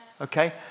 Okay